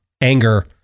anger